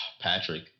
Patrick